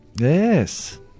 Yes